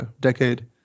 decade